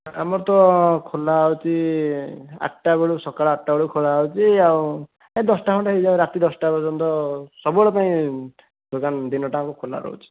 ଆମର ତ ଖୋଲା ହେଉଛି ଆଠଟା ବେଳୁ ସକାଳ ଆଠଟା ବେଳୁ ଖୋଲା ହେଉଛି ଆଉ ଏ ଦଶଟା ଖଣ୍ଡେ ହେଇ ରାତି ଦଶଟା ପର୍ଯ୍ୟନ୍ତ ସବୁ ବେଳ ପାଇଁ ଦୋକାନ ଦିନଟା ଯାକ ଖୋଲା ରହୁଛି